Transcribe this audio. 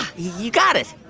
you got it